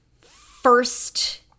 first